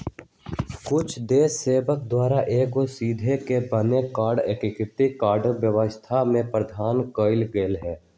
कुछ देश सभके द्वारा एगो संघ के बना कऽ एकीकृत कऽकेँ व्यवस्था के प्रावधान कएल गेल हइ